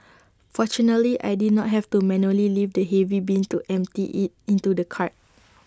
fortunately I did not have to manually lift the heavy bin to empty IT into the cart